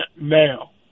now